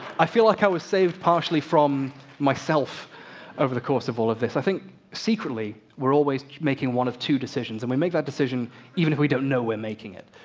i feel like i was saved partially from myself over the course of all of this. i think secretly, we're always making one of two decisions, and we make that decision even if we don't know we're making it.